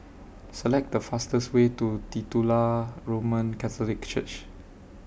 Select The fastest Way to Titular Roman Catholic Church